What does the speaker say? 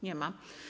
Nie ma.